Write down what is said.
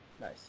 Nice